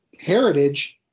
heritage